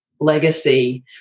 legacy